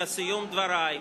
בסיום דברי,